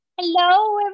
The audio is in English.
Hello